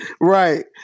Right